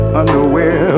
underwear